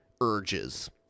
urges